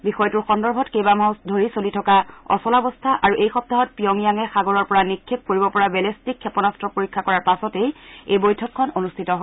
বিষয়টোৰ সন্দৰ্ভত কেইবামাহো ধৰি চলি থকা অচলাৱস্থা আৰু এই সপ্তাহত পিয়ংয়াঙে সাগৰৰ পৰা নিক্ষপ কৰিব পৰা বেলিষ্টিক ক্ষেপনাস্ত্ৰ পৰীক্ষা কৰাৰ পাছতেই এই বৈঠকখন অনুষ্ঠিত হয়